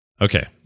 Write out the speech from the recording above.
Okay